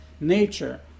nature